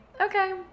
Okay